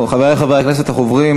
חברי חברי הכנסת, אנחנו עוברים